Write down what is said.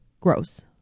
Gross